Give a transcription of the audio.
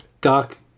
dark